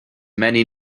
many